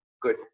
good